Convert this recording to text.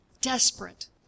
Desperate